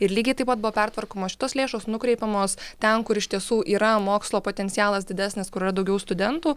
ir lygiai taip pat buvo pertvarkomos šitos lėšos nukreipiamos ten kur iš tiesų yra mokslo potencialas didesnis kur yra daugiau studentų